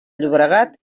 llobregat